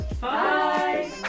Bye